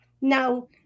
Now